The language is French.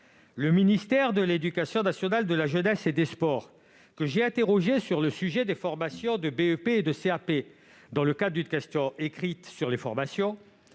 Le ministère de l'éducation nationale, de la jeunesse et des sports, que j'ai interrogé sur le sujet des formations de BEP et de CAP, dans le cadre d'une question écrite sur les formations,